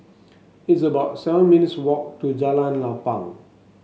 it's about seven minutes' walk to Jalan Lapang